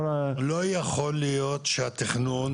לא יכול להיות שהתכנון,